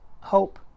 hope